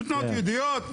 עם תנועות יהודיות,